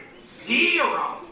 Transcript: Zero